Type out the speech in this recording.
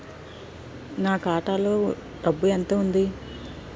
నా ఖాతాలో డబ్బు ఎంత ఉంది?